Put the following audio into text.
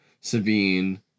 Sabine